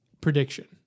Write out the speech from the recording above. prediction